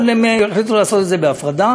אבל הם החליטו לעשות את זה בהפרדה.